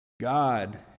God